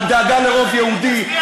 על דאגה לרוב יהודי,